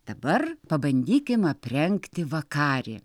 dabar pabandykim aprengti vakarį